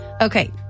Okay